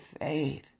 faith